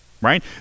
right